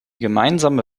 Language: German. gemeinsame